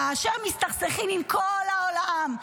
כאשר מסתכסכים עם כל העולם,